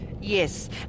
Yes